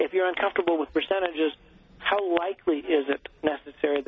if you're uncomfortable with percentages how likely is it necessary